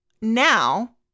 now